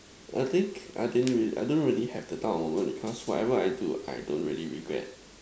I think I didn't I don't really have that type of moment because whatever I do I don't really regret